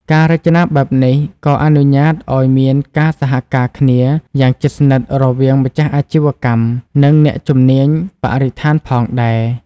ការរចនាបែបនេះក៏អនុញ្ញាតឱ្យមានការសហការគ្នាយ៉ាងជិតស្និទ្ធរវាងម្ចាស់អាជីវកម្ម និងអ្នកជំនាញបរិស្ថានផងដែរ។